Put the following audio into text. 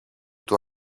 του